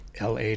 LA